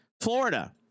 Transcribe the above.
Florida